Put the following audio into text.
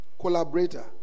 collaborator